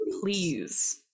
please